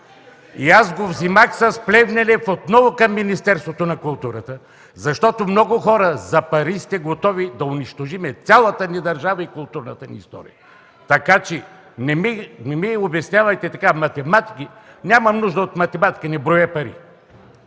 Аз го вземах с Плевнелиев отново към Министерството на културата, защото много хора за пари сте готови да унижим цялата ни държава и културната ни история. Така че не ми обяснявайте математики. Нямам нужда от математика, не броя пари.